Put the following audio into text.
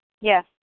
Yes